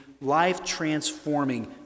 life-transforming